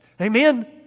amen